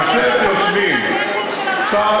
כאשר יושבים, שר